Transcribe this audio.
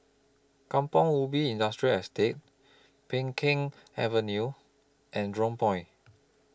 Kampong Ubi Industrial Estate Peng Kang Avenue and Jurong Point